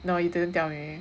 no you didn't tell me